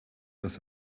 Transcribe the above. dass